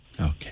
Okay